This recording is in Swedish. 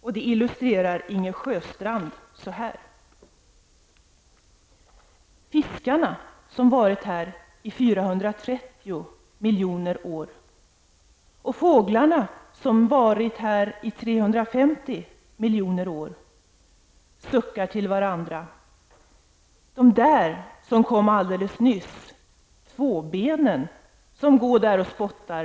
Detta illustrerar Inger Sjöstrand så här: som varit här som varit här suckar till varandra alldeles nyss som går omkring och spottar